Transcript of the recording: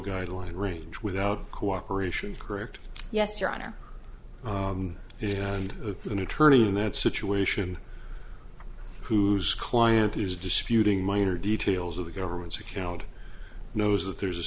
guideline range without cooperation correct yes your honor and an attorney in that situation whose client is disputing minor details of the government's account knows that there's a